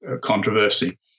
controversy